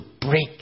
break